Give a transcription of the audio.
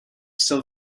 still